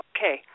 Okay